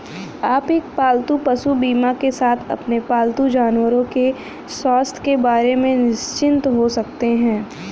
आप एक पालतू पशु बीमा के साथ अपने पालतू जानवरों के स्वास्थ्य के बारे में निश्चिंत हो सकते हैं